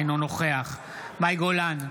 אינו נוכח מאי גולן,